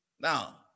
Now